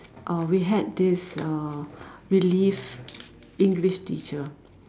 uh we had this uh relief English teacher